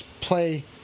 play